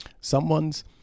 Someone's